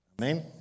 Amen